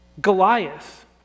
Goliath